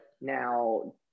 now